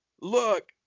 look